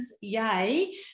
yay